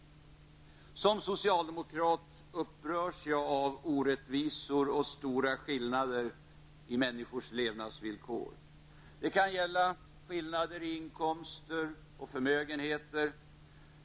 Som socialdemokrat upprörs jag av orättvisor och stora skillnader i människors levnadsvillkor. Det kan gälla skillnader i inkomster och förmögenheter.